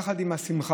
יחד עם השמחה